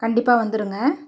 கண்டிப்பாக வந்துடுங்க